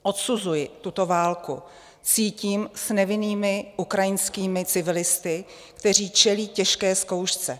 Odsuzuji tuto válku, cítím s nevinnými ukrajinskými civilisty, kteří čelí těžké zkoušce.